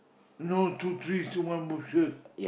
no two trees one bushes